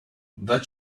what